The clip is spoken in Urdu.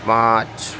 پانچ